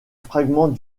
fragments